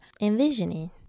envisioning